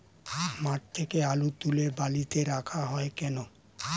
মাঠ থেকে আলু তুলে বালিতে রাখা হয় কেন?